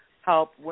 help